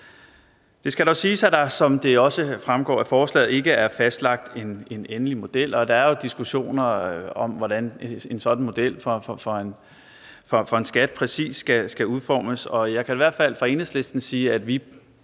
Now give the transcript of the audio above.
det også fremgår af forslaget, ikke er fastlagt en endelig model, og der er diskussioner om, hvordan en sådan model for en skat præcis skal udformes.